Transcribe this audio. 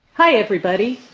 hi everybody,